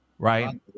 right